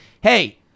hey